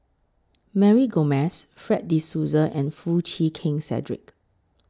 Mary Gomes Fred De Souza and Foo Chee Keng Cedric